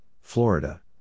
Florida